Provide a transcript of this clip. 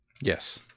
Yes